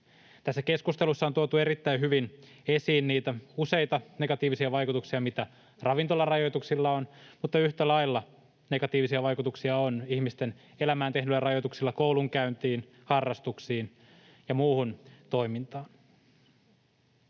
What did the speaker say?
Tässä keskustelussa on tuotu erittäin hyvin esiin niitä useita negatiivisia vaikutuksia, mitä ravintolarajoituksilla on, mutta yhtä lailla negatiivisia vaikutuksia on ihmisten elämään tehdyillä rajoituksilla koulunkäyntiin, harrastuksiin ja muuhun toimintaan.